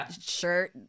shirt